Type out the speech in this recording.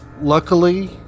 luckily